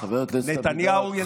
נתניהו ינצח,